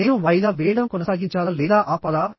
నేను వాయిదా వేయడం కొనసాగించాలా లేదా ఆపాలా